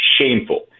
shameful